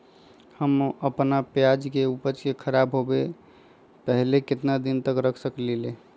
हम अपना प्याज के ऊपज के खराब होबे पहले कितना दिन तक रख सकीं ले?